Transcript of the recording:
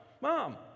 Mom